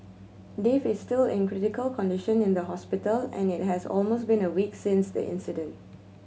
Dave is still in critical condition in the hospital and it has almost been one week since the incident